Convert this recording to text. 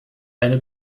eine